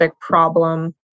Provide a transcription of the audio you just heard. problem